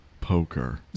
Poker